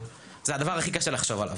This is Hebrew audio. זה הדבר הכי קשה לחשוב עליו.